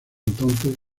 entonces